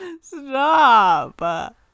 Stop